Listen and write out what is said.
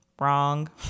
Wrong